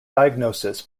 diagnosis